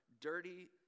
dirty